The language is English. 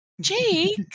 jake